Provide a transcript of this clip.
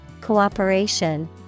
cooperation